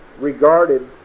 regarded